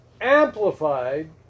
amplified